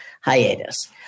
hiatus